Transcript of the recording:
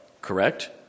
Correct